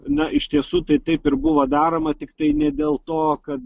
na iš tiesų tai taip ir buvo daroma tiktai ne dėl to kad